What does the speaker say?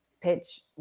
pitch